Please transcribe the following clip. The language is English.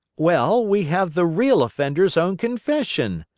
well, we have the real offender's own confession,